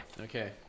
Okay